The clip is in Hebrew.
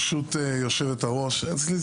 ברשות יושבת-הראש נמצא כאן